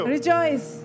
Rejoice